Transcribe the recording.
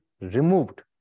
removed